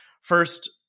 First